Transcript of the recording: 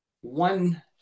one